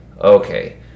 okay